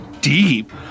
deep